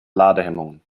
ladehemmungen